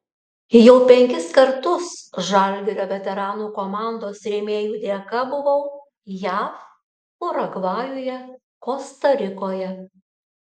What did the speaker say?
jau penkis kartus žalgirio veteranų komandos rėmėjų dėka buvau jav urugvajuje kosta rikoje